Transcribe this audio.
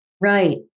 Right